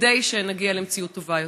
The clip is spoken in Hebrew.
כדי שנגיע למציאות טובה יותר.